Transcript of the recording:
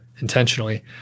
intentionally